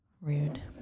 Rude